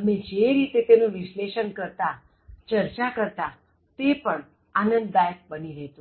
અમે જે રીતે તેનું વિષ્લેષણ કરતા ચર્ચા કરતા તે પણ આનંદદાયક બની રહેતું